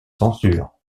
censure